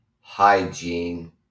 hygiene